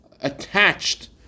attached